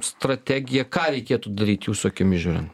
strategija ką reikėtų daryt jūsų akimis žiūrint